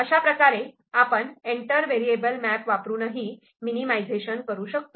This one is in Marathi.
अशाप्रकारे आपण एंटर व्हेरिएबल मॅप वापरूनही मिनिमिझेशन करू शकतो